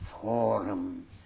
forum